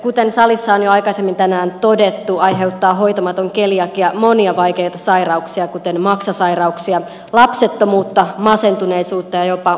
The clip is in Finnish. kuten salissa on jo aikaisemmin tänään todettu aiheuttaa hoitamaton keliakia monia vaikeita sairauksia kuten maksasairauksia lapsettomuutta masentuneisuutta ja jopa ohutsuolen syöpää